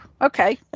okay